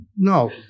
No